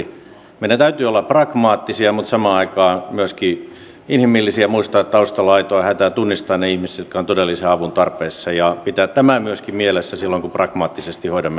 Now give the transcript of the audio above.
meidän täytyy olla pragmaattisia mutta samaan aikaan myöskin inhimillisiä ja muistaa että taustalla on aitoa hätää ja tunnistaa ne ihmiset jotka ovat todellisen avun tarpeessa ja pitää tämä myöskin mielessä silloin kun pragmaattisesti hoidamme asioita